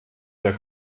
der